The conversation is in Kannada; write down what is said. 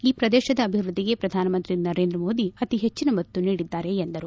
ಈ ಪ್ರದೇಶದ ಅಭಿವೃದ್ದಿಗೆ ಪ್ರಧಾನಮಂತ್ರಿ ನರೇಂದ್ರ ಮೋದಿ ಅತಿ ಹೆಚ್ಚಿನ ಒತ್ತು ನೀಡಿದ್ದಾರೆ ಎಂದರು